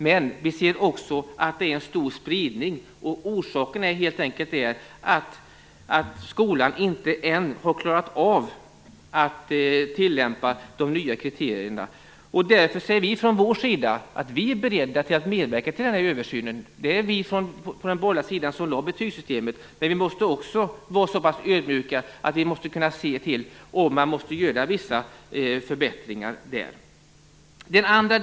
Men vi ser också att det finns en stor spridning, och orsaken till det är helt enkelt att skolan ännu inte klarar av att tillämpa de nya kriterierna. Vi är därför beredda att medverka till en sådan översyn. Vi på den borgerliga sidan vill ha betygssystemet, men vi måste ändå vara så pass ödmjuka att vi kan se om vissa förbättringar måste göras.